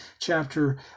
chapter